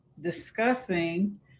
discussing